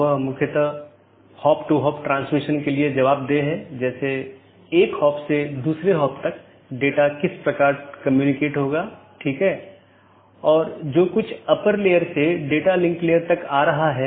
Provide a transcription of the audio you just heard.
क्योंकि पूर्ण मेश की आवश्यकता अब उस विशेष AS के भीतर सीमित हो जाती है जहाँ AS प्रकार की चीज़ों या कॉन्फ़िगरेशन को बनाए रखा जाता है